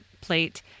plate